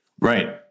Right